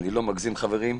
ואני לא מגזים חברים,